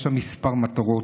יש שם כמה מטרות.